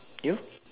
you